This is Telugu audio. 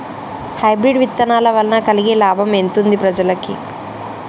హైబ్రిడ్ విత్తనాల వలన కలిగే లాభం ఎంతుంది ప్రజలకి?